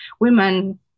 women